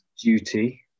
duty